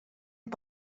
amb